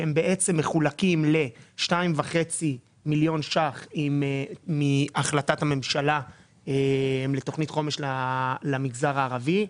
שמחולקים ל-2.5 מיליון שקלים מהחלטת הממשלה לתוכנית חומש למגזר הערבי,